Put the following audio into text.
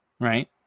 Right